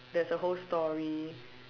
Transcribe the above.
there's a whole story